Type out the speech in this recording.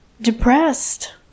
depressed